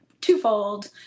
twofold